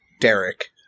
Derek